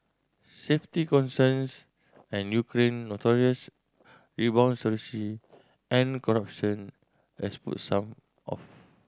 safety concerns and Ukraine notorious and corruption has put some off